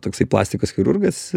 toksai plastikos chirurgas